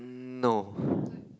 no